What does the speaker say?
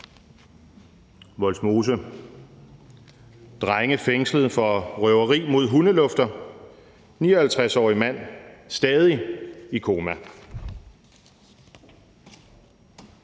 Vollsmose: »Drenge fængslet for røveri mod hundelufter. 59-årig mand stadig i koma«.